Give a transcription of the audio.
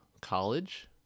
college